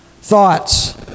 thoughts